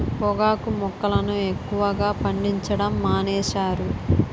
పొగాకు మొక్కలను ఎక్కువగా పండించడం మానేశారు